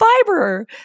fiber